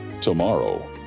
Tomorrow